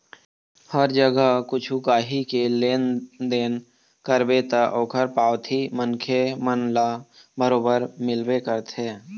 हर जगा कछु काही के लेन देन करबे ता ओखर पावती मनखे मन ल बरोबर मिलबे करथे